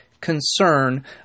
concern